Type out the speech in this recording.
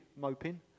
moping